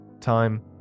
Time